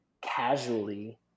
casually